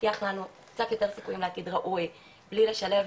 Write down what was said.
ומבטיח לנו קצת יותר סיכויים לעתיד ראוי בלי לשלב